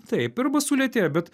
taip arba sulėtėja bet